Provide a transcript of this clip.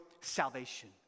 salvation